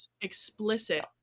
explicit